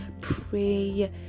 pray